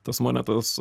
tas monetas